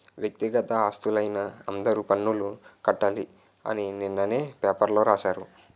వ్యక్తిగత ఆస్తులైన అందరూ పన్నులు కట్టాలి అని నిన్ననే పేపర్లో రాశారు